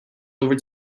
over